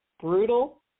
brutal